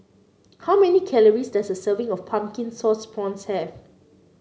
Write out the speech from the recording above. how many calories does a serving of Pumpkin Sauce Prawns have